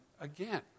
again